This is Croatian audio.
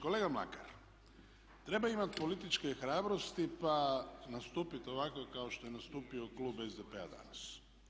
Kolega Mlakar treba imati političke hrabrosti pa nastupiti ovako kao što je nastupio klub SDP-a danas.